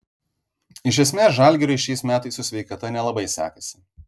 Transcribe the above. iš esmės žalgiriui šiais metais su sveikata nelabai sekasi